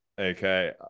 okay